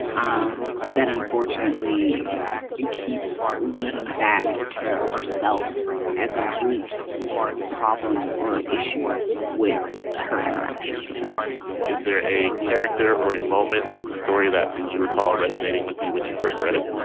um that unfortunately keeps leading back to herself as a root problem or issue with her interactions with other people is there a character or a moment of the story that you recall resonating with you when you first read it.